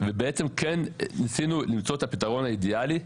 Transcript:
ואז בעצם כן ניסינו למצוא את הפתרון האידיאלי,